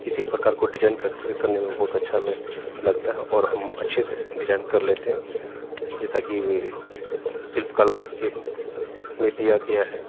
किसी भी प्रकार काे डिजाइन करके करने में बहुत अच्छा हमें लगता है और हम अच्छे से डिजाइन कर लेते हैं जैसा कि शिल्प कला के में दिया गया है